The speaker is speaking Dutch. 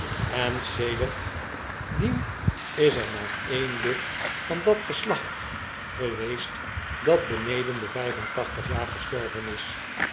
dien is er maar een lid van dat geslacht geweest datbeneden de'vijf en tachtig jaar gestorven is